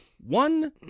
one